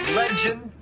legend